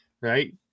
Right